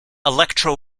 electro